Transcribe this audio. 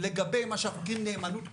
לגבי מה שאנחנו קוראים נאמנות כפולה,